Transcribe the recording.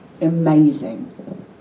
amazing